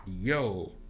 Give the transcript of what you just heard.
Yo